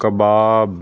kebab